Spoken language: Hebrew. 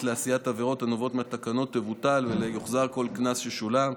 לעשיית עבירות הנובעות מהתקנות ויוחזר כל קנס ששולם,